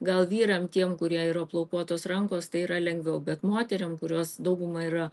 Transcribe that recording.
gal vyram tiem kurie yra plaukuotos rankos tai yra lengviau bet moterim kurios dauguma yra